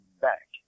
back